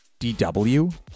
DW